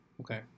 Okay